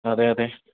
അതേ അതേ